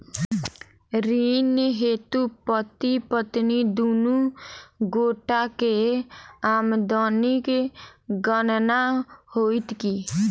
ऋण हेतु पति पत्नी दुनू गोटा केँ आमदनीक गणना होइत की?